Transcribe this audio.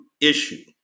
issue